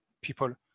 people